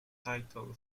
title